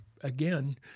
again